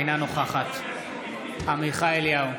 אינה נוכחת עמיחי אליהו,